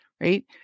right